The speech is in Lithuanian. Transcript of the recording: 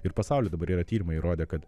ir pasauly dabar yra tyrimai įrodė kad